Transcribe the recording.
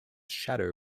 shadow